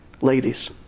Ladies